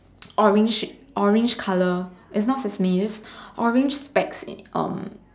orange orange colour it's not fish meat orange specks um